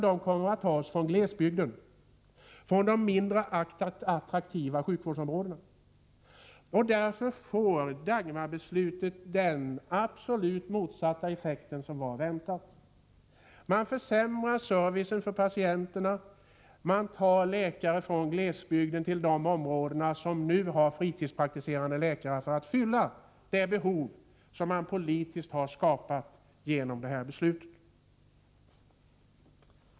De kommer att tas från glesbygden, från de mindre attraktiva sjukvårdsområdena. Därför får Dagmarbeslutet den absolut motsatta effekten mot det som var väntat. Servicen för patienterna försämras. Läkare tas från glesbygden till de områden som nu har fritidspraktiserande läkare för att fylla de behov som politiskt har skapats genom detta beslut.